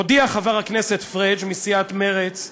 הודיע חבר הכנסת פריג' מסיעת מרצ,